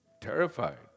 terrified